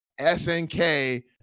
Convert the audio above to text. SNK